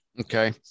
Okay